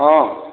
ହଁ